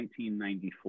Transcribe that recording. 1994